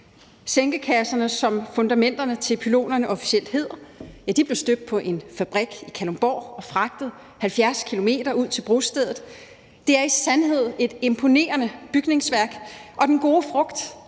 Sænkekasserne, som fundamenterne til pylonerne officielt hedder, blev støbt på en fabrik i Kalundborg og fragtet 70 km ud til brostedet. Det er i sandhed et imponerende bygningsværk og den gode frugt